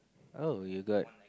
oh you got